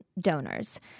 donors